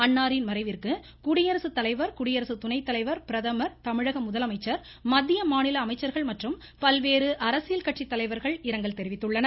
அன்னாரின் மறைவிற்கு குடியரசு தலைவர் குடியரசு துணை தலைவர் பிரதமர் தமிழக முதலமைச்சர் மத்திய மாநில அமைச்சர்கள் உள்ளிட்ட பல்வேறு அரசியல் கட்சி தலைவர்கள் இரங்கல் தெரிவித்துள்ளனர்